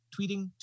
tweeting